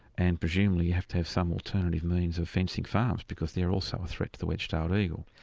and presumably you have to have some alternative means of fencing farms, because they're also a threat to the wedge-tailed eagle.